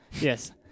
Yes